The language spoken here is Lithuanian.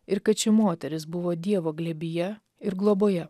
ir kad ši moteris buvo dievo glėbyje ir globoje